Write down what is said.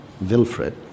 Wilfred